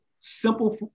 simple